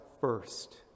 first